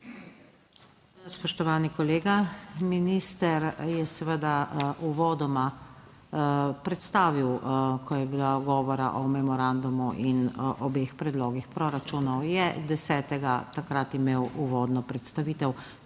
Spoštovani kolega, minister je seveda uvodoma predstavil, ko je bilo govora o memorandumu in obeh predlogih proračunov. Je 10. takrat imel uvodno predstavitev.